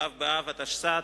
ו' באב התשס"ט,